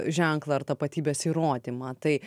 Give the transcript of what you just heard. ženklą ar tapatybės įrodymą tai